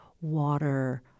water